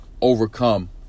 overcome